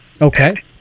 Okay